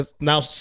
now